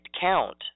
count